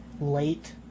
late